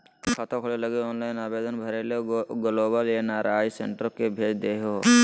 खाता खोले लगी ऑनलाइन आवेदन भर के ग्लोबल एन.आर.आई सेंटर के भेज देहो